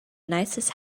nicest